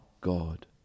God